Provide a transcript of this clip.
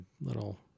little